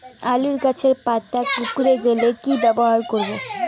আলুর গাছের পাতা কুকরে গেলে কি ব্যবহার করব?